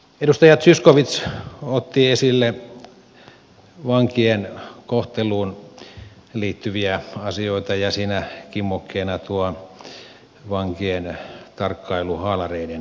edustaja zyskowicz otti esille vankien kohteluun liittyviä asioita ja siinä kimmokkeena tuo vankien tarkkailuhaalareiden käyttö